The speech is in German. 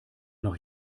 noch